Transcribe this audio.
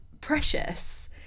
precious